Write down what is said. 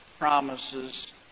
promises